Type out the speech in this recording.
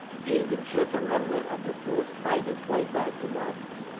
even should the remnant of the force fight its way back to madras,